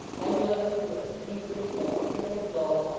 emulous to extinguish that cheerful glow,